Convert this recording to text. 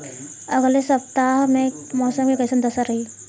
अलगे सपतआह में मौसम के कइसन दशा रही?